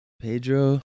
Pedro